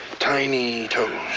tiny toes.